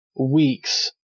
weeks